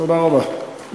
תודה רבה.